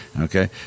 okay